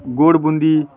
गोड बुंदी